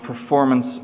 performance